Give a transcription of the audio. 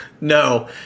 No